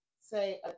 say